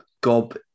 Gob